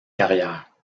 carrière